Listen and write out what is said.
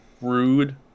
rude